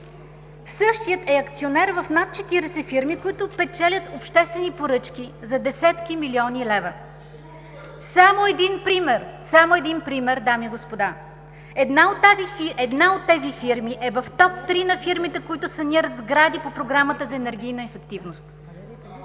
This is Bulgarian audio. същият е акционер в над четиридесет фирми, които печелят обществени поръчки за десетки милиони лева. Само един пример, дами и господа: една от тези фирми е в топ три на фирмите, които санират сгради по Програмата за енергийна ефективност.